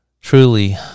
truly